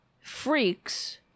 freaks